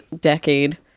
decade